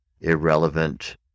irrelevant